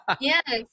Yes